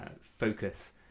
focus